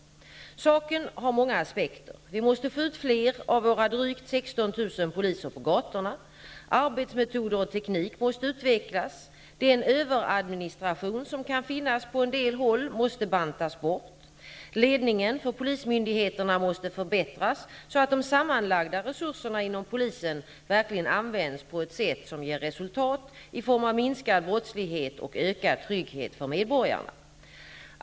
Saken har många aspekter. Vi måste få ut fler av våra drygt 16 000 poliser på gatorna. Arbetsmetoder och teknik måste utvecklas. Den överadministration som kan finnas på en del håll måste bantas bort. Ledningen för polismyndigheterna måste förbättras så att de sammanlagda resurserna inom polisen verkligen används på ett sätt som ger resultat i form av minskad brottslighet och ökad trygghet för medborgarna.